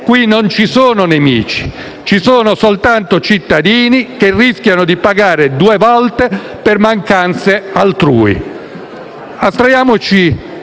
qui non ci sono nemici, ci sono soltanto cittadini che rischiano di pagare due volte per mancanze altrui. Astraendoci